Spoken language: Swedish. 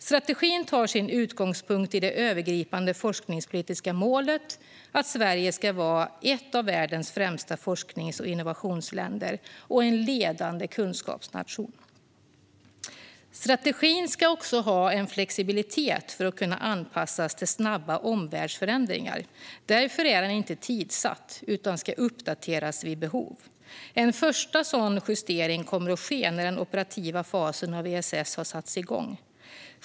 Strategin tar sin utgångspunkt i det övergripande forskningspolitiska målet att Sverige ska vara ett av världens främsta forsknings och innovationsländer och en ledande kunskapsnation. Strategin ska också ha en flexibilitet för att kunna anpassas till snabba omvärldsförändringar. Därför är den inte tidssatt utan ska uppdateras vid behov. En första sådan justering kommer att ske när den operativa fasen av ESS har satts igång.